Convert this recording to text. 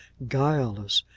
guileless,